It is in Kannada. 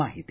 ಮಾಹಿತಿ